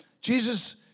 Jesus